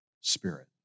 Spirit